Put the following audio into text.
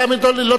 תעמיד אותו לדין,